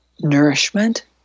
nourishment